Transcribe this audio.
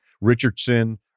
Richardson